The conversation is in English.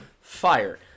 Fire